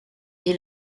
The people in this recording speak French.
est